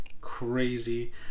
Crazy